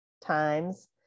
times